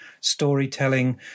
storytelling